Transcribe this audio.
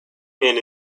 man